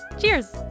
cheers